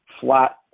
flat